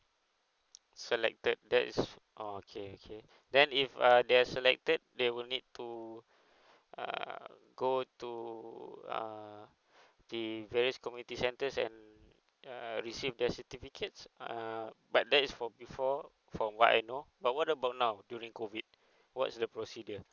selected that is orh okay okay then if uh they're selected they will need to err go to err the various community centers and err receive the certificate err but that is for before from what I know but what about now during COVID what is the procedures